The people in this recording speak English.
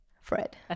Fred